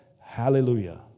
hallelujah